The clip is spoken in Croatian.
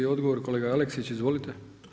Odgovor kolega Aleksić, izvolite.